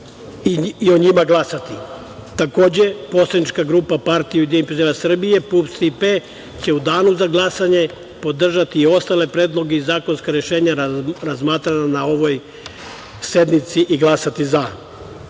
i o njima glasati. Takođe, poslanička grupa Partija ujedinjenih penzionera Srbije, PUPS – „Tri P“ će u danu za glasanje podržati i ostale predloge i zakonska rešenja razmatrana na ovoj sednici i glasati